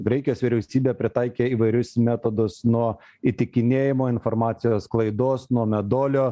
graikijos vyriausybė pritaikė įvairius metodus nuo įtikinėjimo informacijos sklaidos nuo meduolio